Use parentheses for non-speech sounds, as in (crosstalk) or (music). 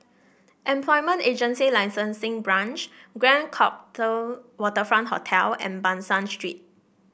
Employment Agency Licensing Branch Grand (unintelligible) Waterfront Hotel and Ban San Street